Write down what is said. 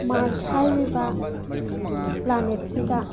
March ꯍꯥꯏꯔꯤꯕ ꯄ꯭ꯂꯥꯅꯦꯠꯁꯤꯗ